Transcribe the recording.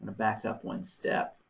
back up one step.